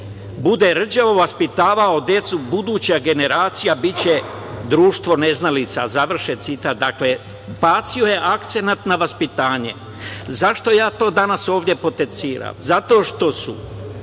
bude rđavo vaspitavao decu, buduća generacija biće društvo neznalica“, završen citat. Dakle, bacio je akcenat na vaspitanje.Zašto ja to danas ovde potenciram? Zato što je